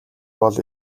бол